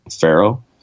Pharaoh